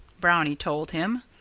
brownie told him.